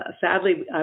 sadly